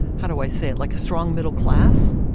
how do i say it? like a strong middle class,